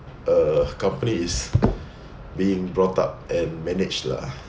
a company is being brought up and managed lah